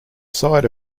site